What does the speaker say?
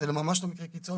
זה ממש לא מקרה קיצון.